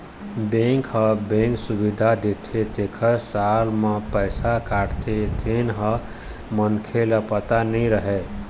bank ह bank सुबिधा देथे तेखर साल म पइसा काटथे तेन ह मनखे ल पता नइ रहय